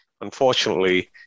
Unfortunately